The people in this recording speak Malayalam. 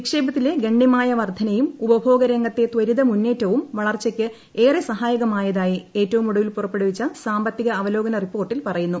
നിക്ഷേപത്തിലെ ഗണ്യമായ വർധനയും ഉപഭോഗ രംഗത്തെ ത്വരിത മുന്നേറ്റവും വളർച്ചയ്ക്ക് ഏറെ സഹായകമായതായി ഏറ്റവും ഒടുവിൽ പുറപ്പെടുവിച്ച സാമ്പത്തിക അവലോകന റിപ്പോർട്ടിൽ പറയുന്നു